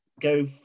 go